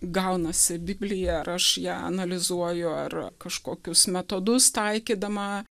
gaunasi biblija ar aš ją analizuoju ar kažkokius metodus taikydama